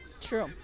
True